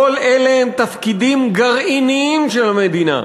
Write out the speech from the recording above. כל אלה הם תפקידים גרעיניים של המדינה,